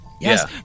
Yes